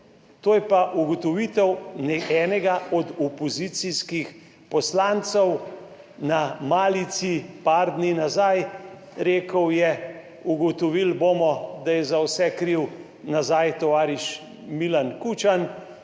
To je pa ugotovitev enega od opozicijskih poslancev na malici par dni nazaj. Rekel je: "Ugotovili bomo, da je za vse kriv nazaj tovariš Milan Kučan".